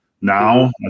now